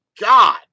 God